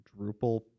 Drupal